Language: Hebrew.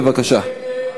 בבקשה.